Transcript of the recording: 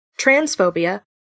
transphobia